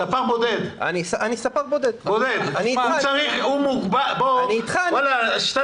ספר בודד מרוויח בחודש 10,000 שקל